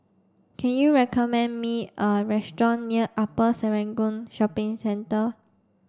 can you recommend me a restaurant near Upper Serangoon Shopping Centre